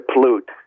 pollute